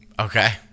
Okay